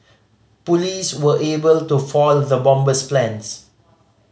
police were able to foil the bomber's plans